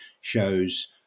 shows